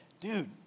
Dude